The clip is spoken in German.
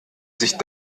sich